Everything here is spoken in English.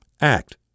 Act